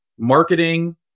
Marketing